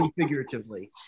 figuratively